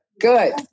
good